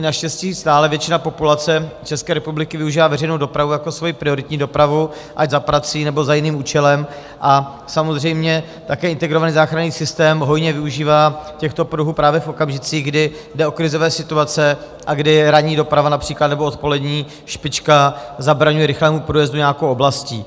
Naštěstí stále většina populace České republiky využívá veřejnou dopravu jako svoji prioritní dopravu ať za prací, nebo za jiným účelem a samozřejmě také integrovaný záchranný systém hojně využívá těchto pruhů právě v okamžicích, kdy jde o krizové situace a kdy ranní doprava například nebo odpolední špička zabraňují rychlému průjezdu nějakou oblastí.